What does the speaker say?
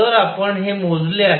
तर आपण हे मोजले आहे